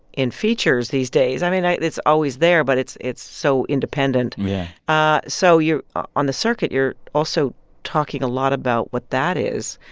in features these days. i mean, i it's always there, but it's it's so independent yeah ah so you're on the circuit, you're also talking a lot about what that is.